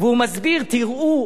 והוא מסביר: תראו,